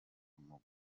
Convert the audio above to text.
umugore